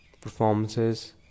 performances